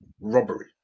robbery